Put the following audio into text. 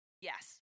Yes